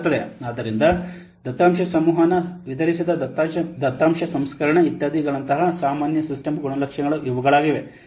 ಆದ್ದರಿಂದ ದತ್ತಾಂಶ ಸಂವಹನ ವಿತರಿಸಿದ ದತ್ತಾಂಶ ಸಂಸ್ಕರಣೆ ಇತ್ಯಾದಿ ಗಳಂತಹ ಸಾಮಾನ್ಯ ಸಿಸ್ಟಮ್ ಗುಣಲಕ್ಷಣಗಳು ಇವುಗಳಾಗಿವೆ